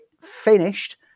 finished